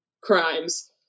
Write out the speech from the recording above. crimes